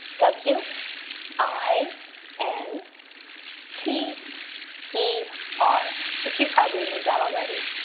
w i n t e r. but you probably knew that already.